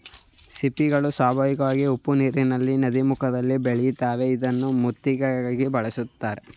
ಸಿಂಪಿಗಳು ಸ್ವಾಭಾವಿಕವಾಗಿ ಉಪ್ಪುನೀರಿನ ನದೀಮುಖದಲ್ಲಿ ಬೆಳಿತಾವೆ ಇದ್ನ ಮುತ್ತಿಗಾಗಿ ಬೆಳೆಸ್ತರೆ